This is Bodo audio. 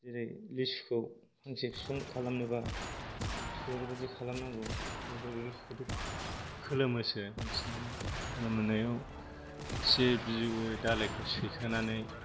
जेरै लिसुखौ फांसे बिफां खालामनोबा लिसुखौ ओरैबादि खालामनांगौ लेसुखौथ' खोलोमसो बांसिनानो खोलोमनायाव जे बि दालाइखौ सैखानानै